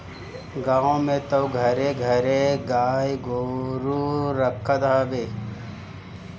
गांव में तअ घरे घरे गाई गोरु रखत हवे